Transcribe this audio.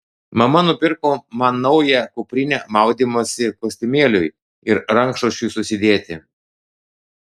mama nupirko man naują kuprinę maudymosi kostiumėliui ir rankšluosčiui susidėti